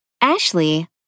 Ashley